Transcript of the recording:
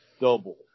double